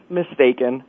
mistaken